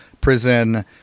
prison